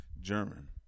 German